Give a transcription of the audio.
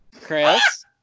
Chris